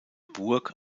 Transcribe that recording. burg